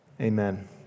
Amen